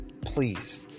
Please